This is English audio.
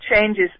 changes